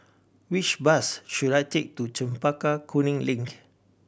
which bus should I take to Chempaka Kuning Link